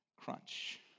crunch